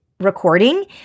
recording